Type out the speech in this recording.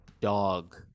dog